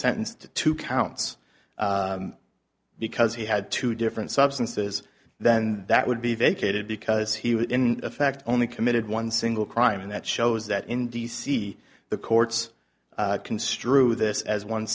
sentenced to two counts because he had two different substances then that would be vacated because he would in fact only committed one single crime and that shows that in d c the courts construe this as one